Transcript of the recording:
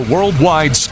Worldwide